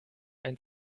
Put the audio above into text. ein